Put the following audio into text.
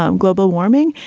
um global warming.